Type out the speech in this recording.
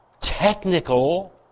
technical